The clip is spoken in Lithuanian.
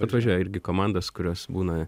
atvažiuoja irgi komandos kurios būna